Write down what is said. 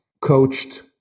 coached